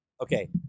okay